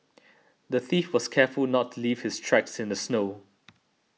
the thief was careful not to leave his tracks in the snow